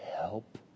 help